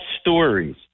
stories